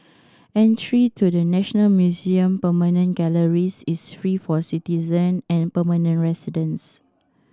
entry to the National Museum permanent galleries is free for citizen and permanent residents